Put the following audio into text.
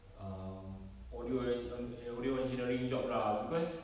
um audio engi~ audio engineering job lah because